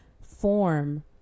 form